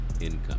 income